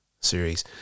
series